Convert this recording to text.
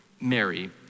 Mary